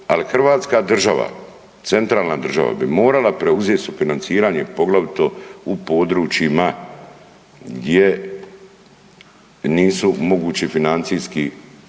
Ali Hrvatska država, centralna država bi morala preuzeti sufinanciranje poglavito u područjima gdje nisu mogući financijski, nisu